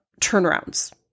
turnarounds